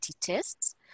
tests